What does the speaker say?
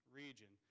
region